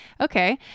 Okay